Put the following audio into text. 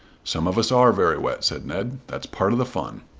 some of us are very wet, said ned. that's part of the fun.